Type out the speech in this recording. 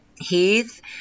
Heath